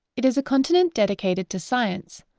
it is a continent dedicated to science,